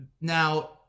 now